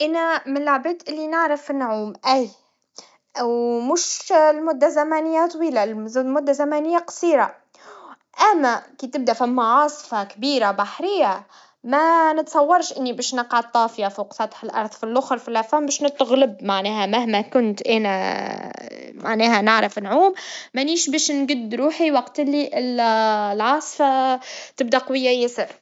نجم نقول إني جيد في السباحة. نحب السباحة في البحر، لكن في عاصفة بحرية، الأمور تختلف. من الصعب البقاء طافيًا في الظروف القاسية، لكن نعرف كيف نتعامل مع الأمواج. السلامة أهم شيء، ونحب نبعد عن المخاطر.